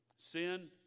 Sin